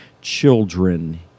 children